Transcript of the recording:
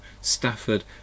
Stafford